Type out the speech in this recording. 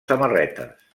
samarretes